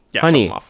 honey